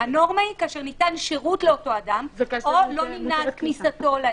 הנורמה היא כאשר ניתן שירות לאותו אדם או לא נמנעת כניסתו לעסק.